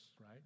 right